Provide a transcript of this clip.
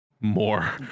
More